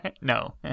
No